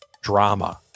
drama